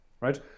right